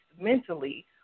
mentally